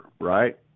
right